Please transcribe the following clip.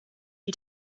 you